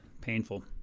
Painful